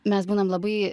mes būnam labai